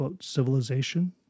civilization